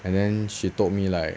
and then she told me like